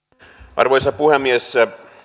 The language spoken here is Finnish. arvoisa puhemies